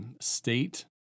state